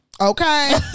Okay